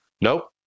Nope